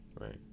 Right